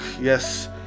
Yes